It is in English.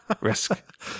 Risk